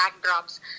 backdrops